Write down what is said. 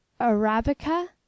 Arabica